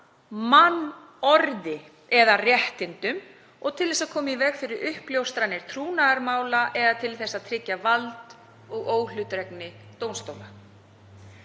mannorði eða réttindum og til þess að koma í veg fyrir uppljóstranir trúnaðarmála eða til þess að tryggja vald og óhlutdrægni dómstóla.